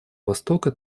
востока